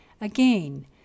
Again